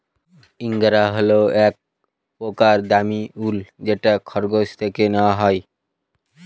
angora হল এক প্রকার দামী উল যেটা খরগোশ থেকে নেওয়া হয়